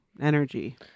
energy